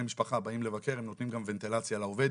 המשפחה באים לבקר הם נותנים גם ונטילציה לעובד,